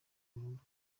burundu